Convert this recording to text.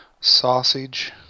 sausage